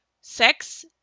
Sex